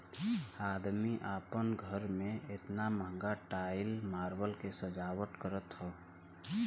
अदमी आपन घरे मे एतना महंगा टाइल मार्बल के सजावट करत हौ